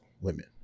women